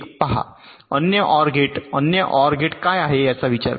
पहा एक अनन्य ओआर गेट अनन्य ओआर गेट काय आहे याचा विचार करा